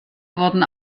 wurden